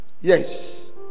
yes